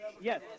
Yes